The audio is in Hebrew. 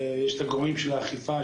יש את הגורמים של האכיפה,